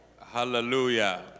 Hallelujah